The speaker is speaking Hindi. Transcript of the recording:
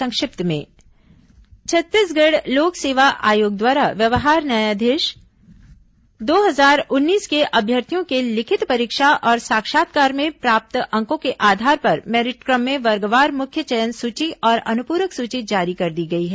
संक्षिप्त समाचार छत्तीसगढ़ लोक सेवा आयोग द्वारा व्यवहार न्यायाधीश दो हजार उन्नीस के अम्यर्थियों के लिखित परीक्षा और साक्षात्कार में प्राप्त अंकों के आधार पर मेरिट क्रम में वर्गवार मुख्य चयन सुची और अनुपूरक सुची जारी कर दी गई है